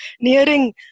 nearing